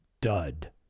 dud